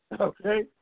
Okay